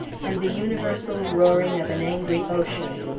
and the universal roaring of an angry ocean.